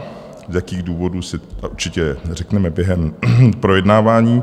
Z jakých důvodů, si určitě řekneme během projednávání.